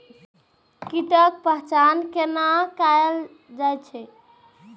कीटक पहचान कैना कायल जैछ?